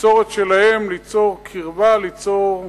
ליצור את שלהם, ליצור קרבה, ליצור הבנה,